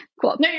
cool